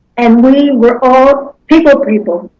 and we were all people people.